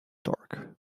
torque